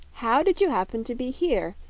how did you happen to be here,